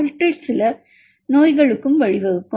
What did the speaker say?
அவற்றில் சில நோய்களுக்கும் வழிவகுக்கும்